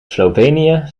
slovenië